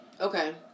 Okay